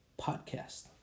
Podcast